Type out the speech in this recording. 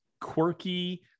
quirky